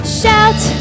shout